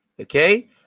Okay